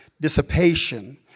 dissipation